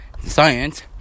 science